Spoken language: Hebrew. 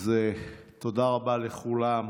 אז תודה רבה לכולם.